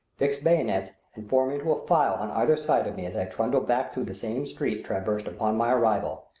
fix bayonets and form into a file on either side of me as i trundle back through the same street traversed upon my arrival.